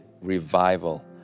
revival